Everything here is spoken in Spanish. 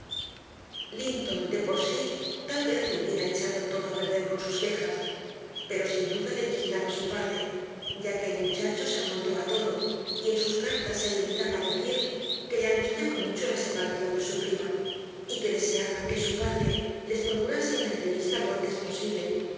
linton de por sí tal vez lo hubiera echado todo a perder con sus quejas pero sin duda le vigilaba su padre ya que el muchacho se amoldó a todo y en sus cartas se limitaba a decir que le angustiaba mucho la separación de su prima y que deseaba que su padre les procurase una entrevista lo antes posible